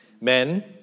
Men